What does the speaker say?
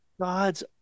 God's